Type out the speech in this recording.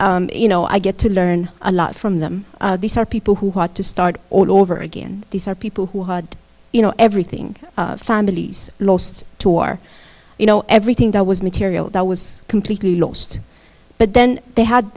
you know i get to learn a lot from them these are people who had to start all over again these are people who had you know everything families lost to war you know everything that was material that was completely lost but then they had